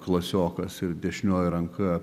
klasiokas ir dešinioji ranka